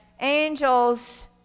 angels